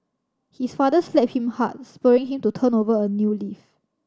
his father slapped him hard spurring him to turn over a new leaf